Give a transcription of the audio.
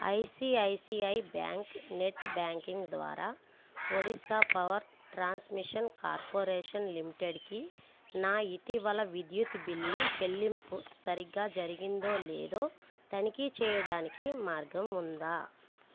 I see I see I bank net banking ద్వారా Odisha power transmission corporation లిమిటెడ్కి నా ఇటీవల విద్యుత్ బిల్లు చెల్లింపు సరిగ్గా జరిగిందో లేదో తనిఖీ చేయడానికి మార్గం ఉందా